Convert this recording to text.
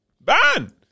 Ban